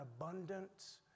abundance